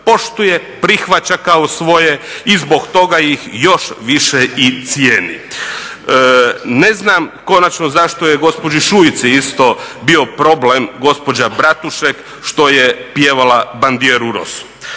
poštuje, prihvaća kao svoje i zbog toga ih još više i cijeni. Ne znam konačno zašto je gospođi Šuici isto bio problem gospođa Bratušek što je pjevala Bandiera Rossu.